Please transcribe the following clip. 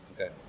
Okay